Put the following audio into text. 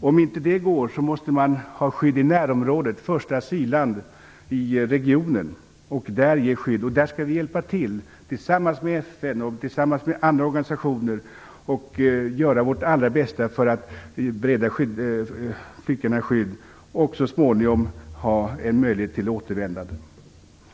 Om inte det går, måste skydd ges i närområdet, dvs. i första asylland i regionen. Där skall vi tillsammans med FN och andra organisationer hjälpa till och göra vårt allra bästa för att bereda flyktingarna skydd. Så småningom skall de ges möjligheter till återvändande.